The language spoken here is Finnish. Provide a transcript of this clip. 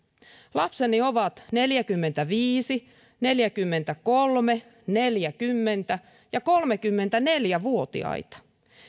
lapseni ovat neljäkymmentäviisi neljäkymmentäkolme neljäkymmentä ja kolmekymmentäneljä vuotiaita